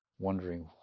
Wondering